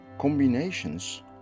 combinations